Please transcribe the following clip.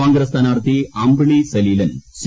കോൺഗ്രസ് സ്ഥാനാർത്ഥി അമ്പിളി സലീലൻ സി